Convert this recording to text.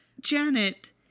Janet